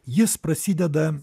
jis prasideda